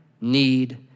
need